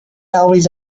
always